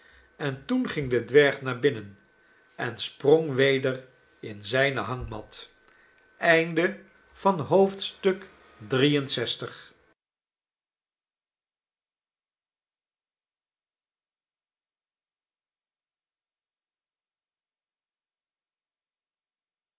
en toen ging de dwerg naar binnen en sprong weder in zijne hangmat